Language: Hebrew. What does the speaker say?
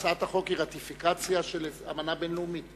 הצעת החוק היא רטיפיקציה של אמנה בין-לאומית,